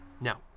Now